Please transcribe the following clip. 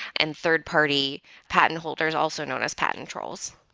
and third-party patent holders also known as patent trolls.